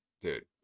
dude